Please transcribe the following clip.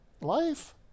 Life